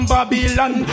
Babylon